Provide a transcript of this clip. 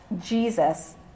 Jesus